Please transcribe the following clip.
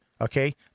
Okay